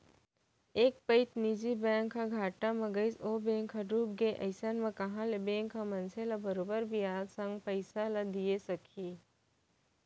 एक पइत निजी बैंक ह घाटा म गइस ओ बेंक ह डूबगे अइसन म कहॉं ले बेंक ह मनसे ल बरोबर बियाज संग पइसा ल दिये सकही